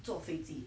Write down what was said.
坐飞机